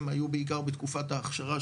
הם היו בעיקר בתקופת ההכשרה,